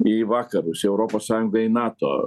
į vakarus į europos sąjungą į nato